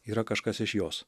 yra kažkas iš jos